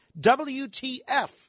WTF